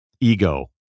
ego